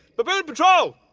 baboon patrol!